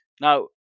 Now